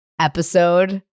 episode